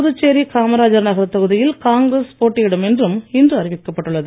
புதுச்சேரி காமராஜர் நகர் தொகுதியில் காங்கிரஸ் போட்டியிடும் என்றும் இன்று அறிவிக்கப்பட்டுள்ளது